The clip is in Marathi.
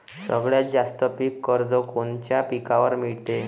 सगळ्यात जास्त पीक कर्ज कोनच्या पिकावर मिळते?